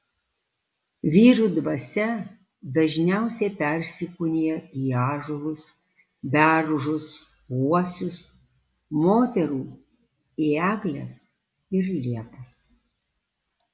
vyrų dvasia dažniausiai persikūnija į ąžuolus beržus uosius moterų į egles ir liepas